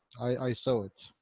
i. i saw it.